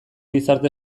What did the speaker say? gizarte